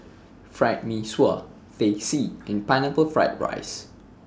Fried Mee Sua Teh C and Pineapple Fried Rice